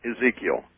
Ezekiel